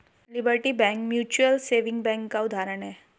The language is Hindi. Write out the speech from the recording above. liberty bank mutual saving bank का उदाहरण है